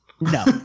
No